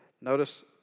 Notice